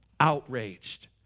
outraged